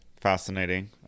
Fascinating